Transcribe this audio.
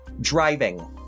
driving